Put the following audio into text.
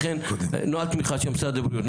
לכן נוהל תמיכה של משרד הבריאות,